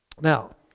now